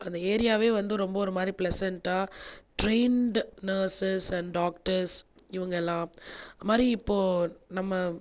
அந்த ஏரியாவே வந்து ரொம்ப ஒரு மாதிரியான ப்ளசன்ட்டாக ட்ரெய்ன்டு நர்சஸ் அண்ட் டாக்டர்ஸ் இவங்க எல்லாம் அது மாதிரி இப்போது நம்ம